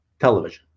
television